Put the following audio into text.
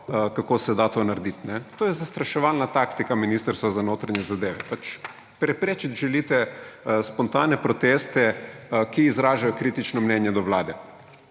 kako se da to narediti. To je zastraševalna taktika Ministrstva za notranje zadeve, pač preprečiti želite spontane proteste, ki izražajo kritično mnenje do vlade.